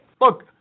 Look